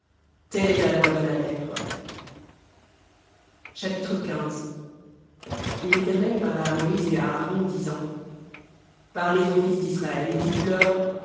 telle est la loi de la lèpre chapitre et l'éternel parla à moïse et à aaron disant parlez aux fils d'israël et dites-leur